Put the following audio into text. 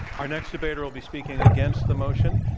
our next debater will be speaking against the motion.